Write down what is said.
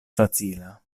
facila